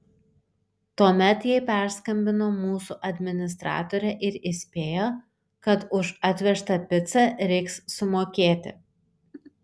tuomet jai perskambino mūsų administratorė ir įspėjo kad už atvežtą picą reiks sumokėti